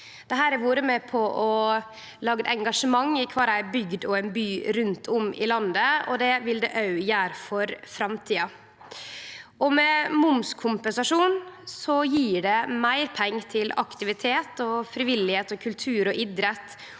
Dette har vore med på å lage engasjement i kvar bygd og by rundt om i landet, og det vil det òg gjere i framtida. Med momskompensasjon gjev dette meir pengar til aktivitet, frivilligheit, kultur og idrett